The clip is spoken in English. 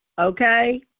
Okay